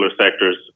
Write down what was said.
sectors